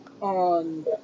on